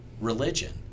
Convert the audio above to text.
religion